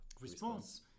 response